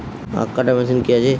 আখ কাটা মেশিন কি আছে?